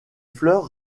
fleurs